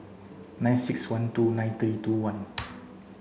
nine six one two nine three two one